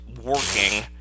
Working